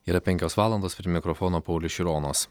yra penkios valandos prie mikrofono paulius šironas